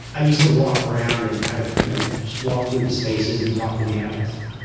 i used to walk around and kind of, you know, just walk through the spaces and talk to the analysts.